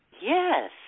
Yes